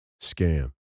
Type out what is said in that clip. scam